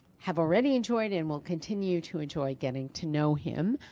have already enjoyed and will continue to enjoy getting to know him.